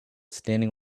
standing